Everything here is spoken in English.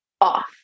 off